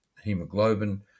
Hemoglobin